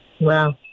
Wow